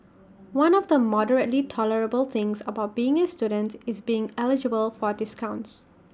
one of the moderately tolerable things about being A students is being eligible for discounts